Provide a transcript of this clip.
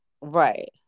Right